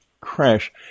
crash